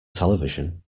television